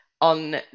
on